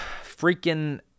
freaking